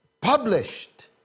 published